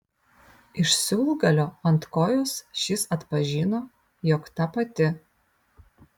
iš siūlgalio ant kojos šis atpažino jog ta pati